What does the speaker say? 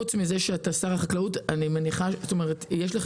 חוץ מזה שאתה שר החקלאות אתה חבר גם